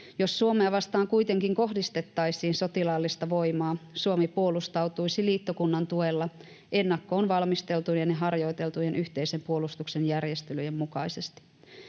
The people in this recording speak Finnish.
Jos Suomea vastaan kuitenkin kohdistettaisiin sotilaallista voimaa, Suomi puolustautuisi liittokunnan tuella ennakkoon valmisteltujen ja harjoiteltujen yhteisen puolustuksen järjestelyjen mukaisesti.